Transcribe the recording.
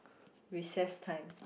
recess time